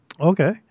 Okay